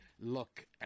look